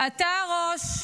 אתה הראש,